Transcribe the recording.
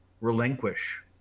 relinquish